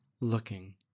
looking